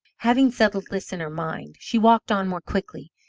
having settled this in her mind, she walked on more quickly,